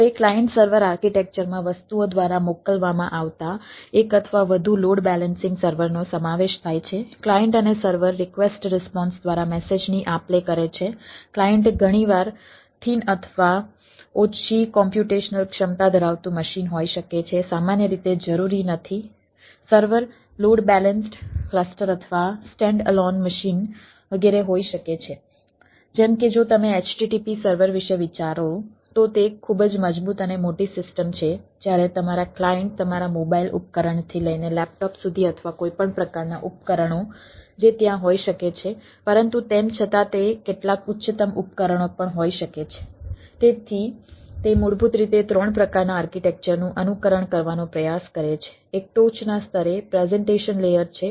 હવે client server આર્કિટેક્ચરમાં વસ્તુઓ દ્વારા મોકલવામાં આવતા એક અથવા વધુ લોડ બેલેન્સિંગ અને નીચેના સ્તરે ડેટા લેયર છે